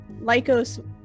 Lycos